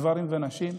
גברים נשים,